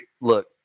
Look